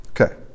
Okay